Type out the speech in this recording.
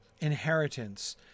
inheritance